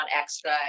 extra